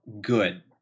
good